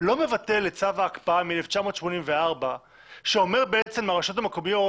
לא מבטל את צו ההקפאה מ-1984 שאומר בעצם לרשויות המקומיות,